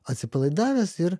atsipalaidavęs ir